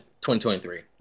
2023